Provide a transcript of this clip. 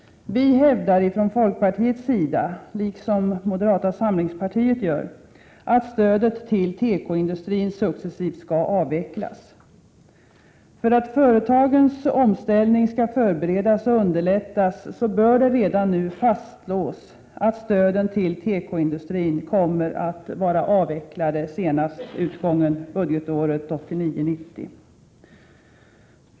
Vi hävdar från folkpartiets sida liksom moderata samlingspartiet att stödet till tekoindustrin successivt skall avvecklas. För att företagens omställning skall förberedas och underlättas bör det redan nu fastslås att stödet till tekoindustrin kommer att vara avvecklat senast vid utgången av budgetåret 1989/90.